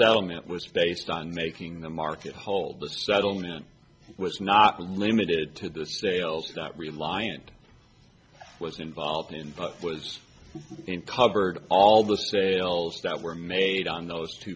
that was based on making the market hold the settlement was not limited to the sales not reliant was involved in was covered all the sales that were made on those two